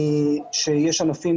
שיש ענפים,